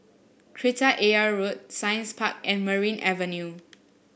Kreta Ayer Road Science Park and Merryn Avenue